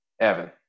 Evan